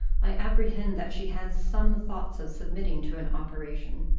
i apprehend that she has some thoughts of submitting to an operation,